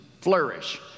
flourish